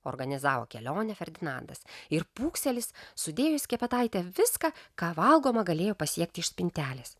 organizavo kelionę ferdinandas ir pūkselis sudėjo į skepetaitę viską ką valgoma galėjo pasiekti iš spintelės